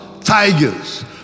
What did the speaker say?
tigers